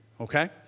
okay